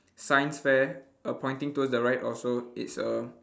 science fair err pointing towards the right also it's a